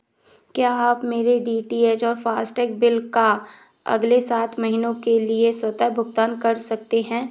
क्या आप मेरे डी टी एच और फ़ास्टैग बिल का अगले सात महीनों के लिए स्वतः भुगतान कर सकते हैं